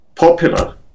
Popular